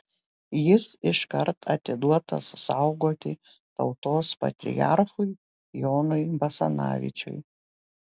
jis iškart atiduotas saugoti tautos patriarchui jonui basanavičiui